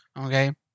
okay